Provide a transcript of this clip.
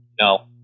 no